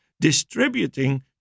distributing